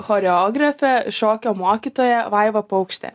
choreografė šokio mokytoja vaiva paukštė